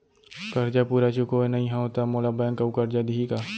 करजा पूरा चुकोय नई हव त मोला बैंक अऊ करजा दिही का?